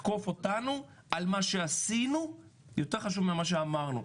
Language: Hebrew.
תקוף אותנו על מה שעשינו, יותר חשוב ממה שאמרנו.